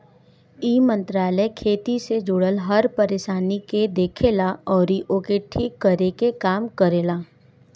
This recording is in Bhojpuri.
इ मंत्रालय खेती से जुड़ल हर परेशानी के देखेला अउरी ओके ठीक करे के काम करेला